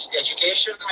education